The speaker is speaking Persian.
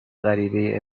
غریبهای